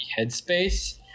Headspace